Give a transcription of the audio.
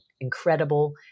incredible